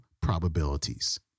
probabilities